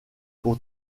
pour